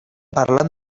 parlant